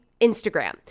Instagram